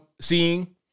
Seeing